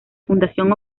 fundación